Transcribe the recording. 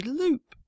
loop